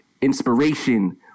inspiration